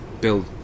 build